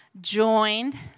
joined